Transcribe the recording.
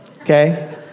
okay